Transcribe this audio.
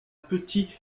petit